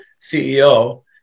CEO